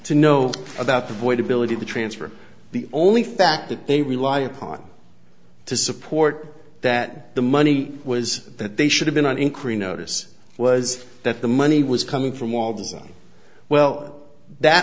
to know about the void ability to transfer the only fact that they rely upon to support that the money was that they should have been an increase notice was that the money was coming from all the well that